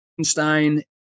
Einstein